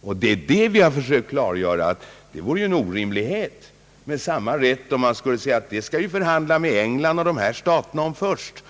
Vi försökte att klargöra att det vore en orimlighet att säga: Om detta skall vi först förhandla med England och de andra staterna.